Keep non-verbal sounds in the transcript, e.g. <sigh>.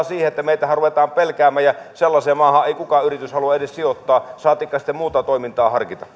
<unintelligible> siihen että meitähän ruvetaan pelkäämään ja sellaiseen maahan ei kukaan yritys halua edes sijoittaa saatikka sitten muuta toimintaa harkita <unintelligible>